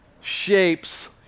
shapes